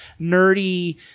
nerdy